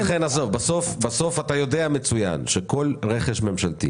אתה יודע מצוין שכל רכש ממשלתי